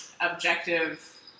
objective